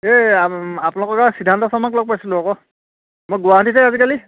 এই আপোনালোকৰ যে সিদ্ধাৰ্থ শৰ্মাক লগ পাইছিলোঁ আকৌ মই গুৱাহাটীতে আজিকালি